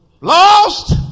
Lost